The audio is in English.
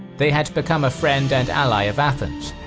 they had become a friend and ally of athens,